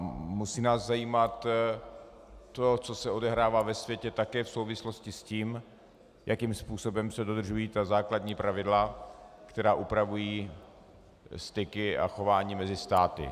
Musí nás zajímat to, co se odehrává ve světě, také v souvislosti s tím, jakým způsobem se dodržují ta základní pravidla, která upravují styky a chování mezi státy.